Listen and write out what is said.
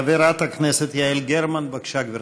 חברת הכנסת יעל גרמן, בבקשה, גברתי.